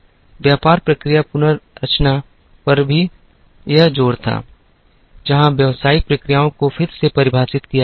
व्यापार प्रक्रिया पुनर्रचना पर भी यह जोर था जहां व्यावसायिक प्रक्रियाओं को फिर से परिभाषित किया गया था